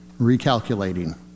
recalculating